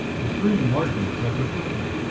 the three enlargements i took with me,